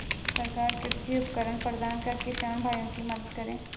सरकार कृषि उपकरण प्रदान कर किसान भाइयों की मदद करें